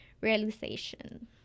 realization